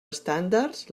estàndards